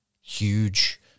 huge